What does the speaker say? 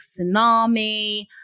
tsunami